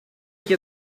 chi